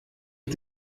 auf